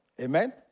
Amen